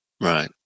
Right